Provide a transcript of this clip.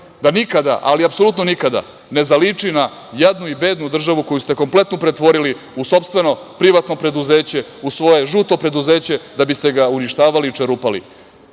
da nikada, ali apsolutno nikada, ne zaliči na jadnu i bednu državu koju ste kompletno pretvorili u sopstveno privatno preduzeće, u svoje „žuto preduzeće“, da biste ga uništavali i čerupali. To